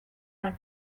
حرف